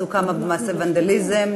עשו כמה מעשי ונדליזם,